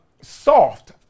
Soft